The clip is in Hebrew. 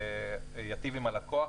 שייטיב עם הלקוח,